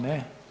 Ne.